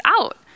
out